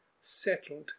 settled